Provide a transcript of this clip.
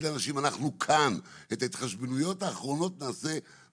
לאנשים "אנחנו כאן" ותשאיר את ההתחשבנויות האחרונות לסוף.